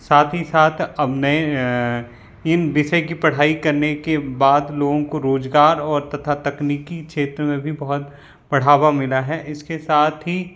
साथ ही साथ अब नए इन विषय की पढ़ाई करने के बाद लोगों को रोज़गार और तथा तकनीकी क्षेत्र में भी बहुत बढ़ावा मिला है इसके साथ ही